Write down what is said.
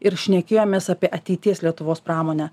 ir šnekėjomės apie ateities lietuvos pramonę